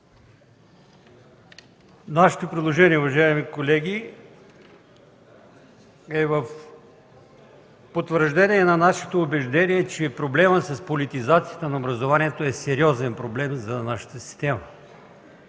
нашето предложение е в потвърждение на нашето убеждение, че проблемът с политизацията на образованието е сериозен проблем за нашата система.